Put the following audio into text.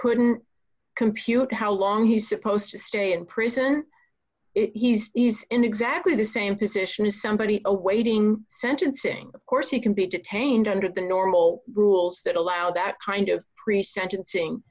couldn't compute how long he's supposed to stay in prison if he's in exactly the same position as somebody awaiting sentencing of course he can be detained under the normal rules that allow that kind of pre sentencing